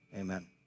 amen